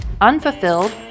unfulfilled